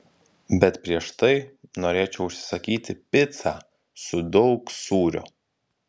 bet prieš tai norėčiau užsisakyti picą su daug sūrio